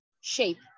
shape